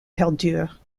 perdure